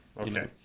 Okay